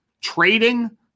trading